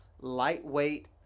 lightweight